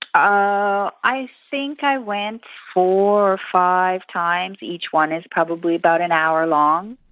i i think i went four or five times. each one is probably about an hour long.